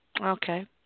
Okay